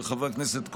של חבר הכנסת קרויזר,